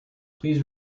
please